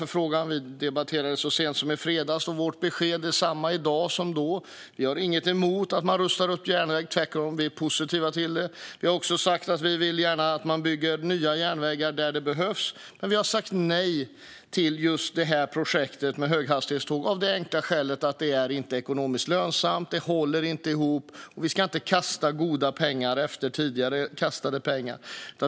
Ministern och jag debatterade så sent som i fredags, och mitt besked är detsamma i dag som då, nämligen att vi inte har något emot att man rustar upp järnväg. Tvärtom är vi positiva. Vi vill gärna att nya järnvägar byggs där de behövs, men vi har sagt nej till projektet med höghastighetståg, av det enkla skälet att det inte är ekonomiskt lönsamt och inte håller ihop. Vi ska inte kasta pengarna i sjön.